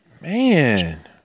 Man